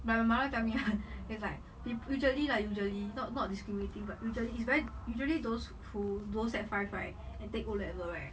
my my mother tell me [one] is like peo~ usually lah usually not not discriminating but usually it's very usually those who those sec~ five right and take O level right